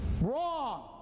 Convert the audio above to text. Wrong